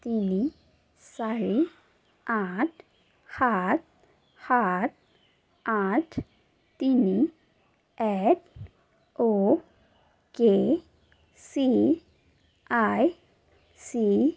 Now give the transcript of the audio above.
তিনি চাৰি আঠ সাত সাত আঠ তিনি এক অ'কে চি আই চি